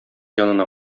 янына